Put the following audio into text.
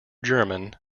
german